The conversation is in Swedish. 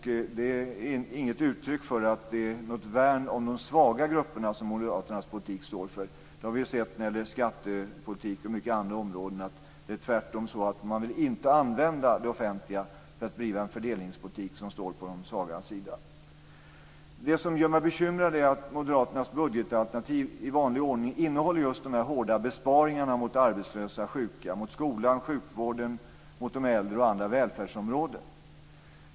Det är inget uttryck för något värn om de svaga grupperna som moderaternas politik står för. Vi har när det gäller skattepolitik och andra områden sett att de tvärtom inte vill använda det offentliga för att bedriva en fördelningspolitik som står på de svagas sida. Det som gör mig bekymrad är att moderaternas budgetalternativ i vanligt ordning innehåller just hårda besparingar som träffar arbetslösa och sjuka, skolan, sjukvården, vården av de äldre och andra välfärdsområden.